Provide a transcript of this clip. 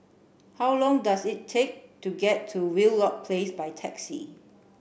how long does it take to get to Wheelock Place by taxi